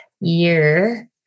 year